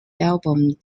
album